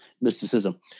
mysticism